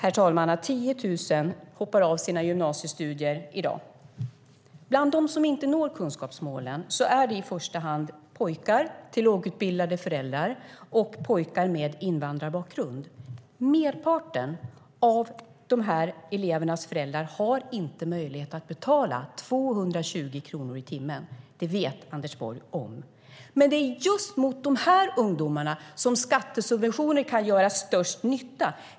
I dag hoppar 10 000 elever av sina gymnasiestudier. De som inte når kunskapsmålen är i första hand pojkar med lågutbildade föräldrar och pojkar med invandrarbakgrund. Merparten av de här elevernas föräldrar har inte möjlighet att betala 220 kronor i timmen. Det vet Anders Borg. Men det är just för de här ungdomarna som skattesubventioner kan göra störst nytta.